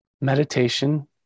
Meditation